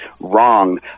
wrong